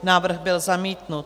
Návrh byl zamítnut.